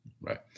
right